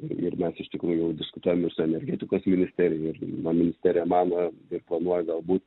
ir mes iš tikrųjų jau diskutuojam ir su energetikos ministerija ir na ministerija mano ir planuoja galbūt